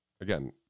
again